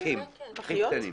פחיות.